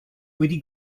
wedi